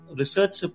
research